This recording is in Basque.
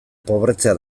pobretzea